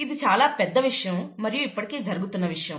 ఇది చాలా పెద్ద విషయం మరియు ఇప్పటికే జరుగుతున్న విషయం